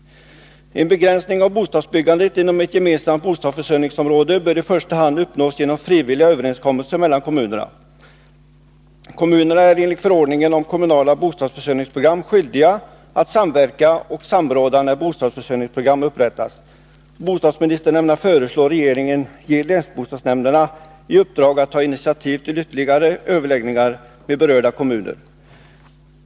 En begränsning av bostadsbyggandet inom ett gemensamt bostadsförsörjningsområde bör i första hand uppnås genom frivilliga överenskommelser mellan kommunerna. Kommunerna är enligt förordningen om kommunala bostadsförsörjningsprogram skyldiga att samverka och samråda när bostadsförsörjningsprogram upprättas. Bostadsministern ämnar föreslå regeringen att den ger länsbostadsnämnderna i uppdrag att ta initiativ till ytterligare överläggningar med berörda kommuner.